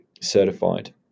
certified